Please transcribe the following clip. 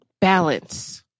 Balance